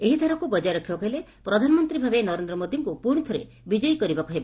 ଏହି ଧାରାକ୍ ବଜାୟ ରଖିବାକୁ ହେଲେ ପ୍ରଧାନମନ୍ତୀ ଭାବେ ନରେନ୍ଦ୍ର ମୋଦିଙ୍ଙୁ ପୁଶି ଥରେ ବିଜୟୀ କରିବାକୁ ହେବ